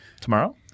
Tomorrow